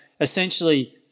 essentially